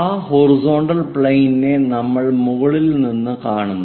ആ ഹൊറിസോണ്ടൽ പ്ലെയിനിനെ നമ്മൾ മുകളിൽ നിന്ന് കാണുന്നു